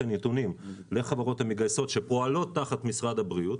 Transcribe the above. הנתונים לחברות המגייסות שפועלות תחת משרד הבריאות.